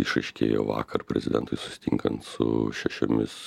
išaiškėjo vakar prezidentui susitinkant su šešiomis